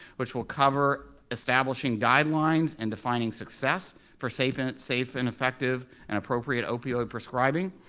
which will cover establishing guidelines and defining success for safe and safe and effective and appropriate opioids prescribing.